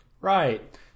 Right